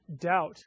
Doubt